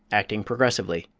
acting progressively.